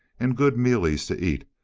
and good mealies to eat,